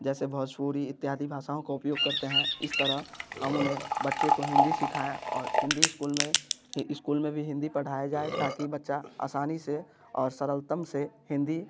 जैसे भोजपुरी इत्यादि भाषाओं का उपयोग करते हैं इस तरह हम उन्हें बच्चे को हिंदी सिखाया और हिंदी स्कूल में स्कूल में भी हिंदी पढ़ाया जाए ताकि बच्चा आसानी से और सरलतम से हिंदी